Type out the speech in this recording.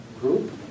group